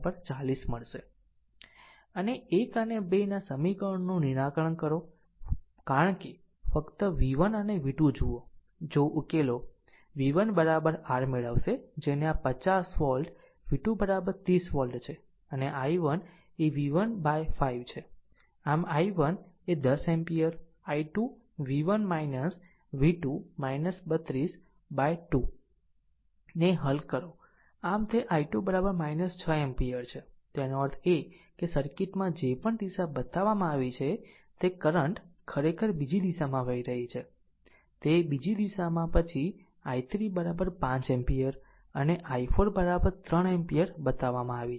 અને 1 અને 2 ના સમીકરણોનું નિરાકરણ કરો કારણ કે ફક્ત V1 અને v2 જોવો જો ઉકેલો v1 r મેળવશે જેને આ 50 વોલ્ટ v2 30 વોલ્ટ છે અને i1એ v1 by 5 છે આમ i1 એ10 એમ્પીયરi2 v1 v2 32 by 2 ને હલ કરો આમ તે i2 6 એમ્પીયર છે તેનો અર્થ એ કે સર્કિટમાં જે પણ દિશા બતાવવામાં આવી છે તે કરંટ ખરેખર બીજી દિશામાં વહી રહી છે તે બીજી દિશામાં પછી i3 5 એમ્પીયર અને i4 3 એમ્પીયર બતાવવામાં આવે છે